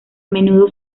menudo